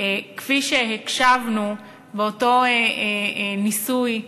כפי שהקשבנו באותו ניסוי,